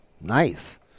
Nice